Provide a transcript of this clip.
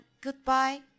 goodbye